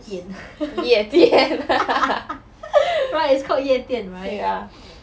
夜店 ya